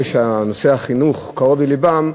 של אלה שנושא החינוך קרוב ללבם,